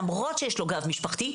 למרות שיש לו גב משפחתי.